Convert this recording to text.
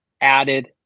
added